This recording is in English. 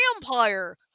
Vampire